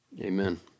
Amen